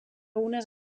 unes